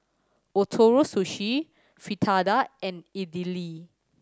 Ootoro Sushi Fritada and Idili